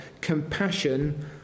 compassion